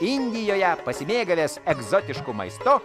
indijoje pasimėgavęs egzotišku maistu